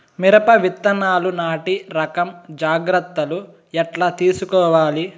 మిరప విత్తనాలు నాటి రకం జాగ్రత్తలు ఎట్లా తీసుకోవాలి?